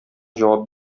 җавап